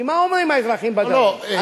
כי מה אומרים האזרחים בדרום?